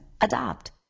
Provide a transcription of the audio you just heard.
Adopt